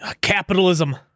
Capitalism